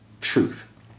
truth